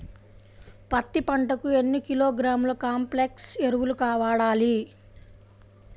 పత్తి పంటకు ఎన్ని కిలోగ్రాముల కాంప్లెక్స్ ఎరువులు వాడాలి?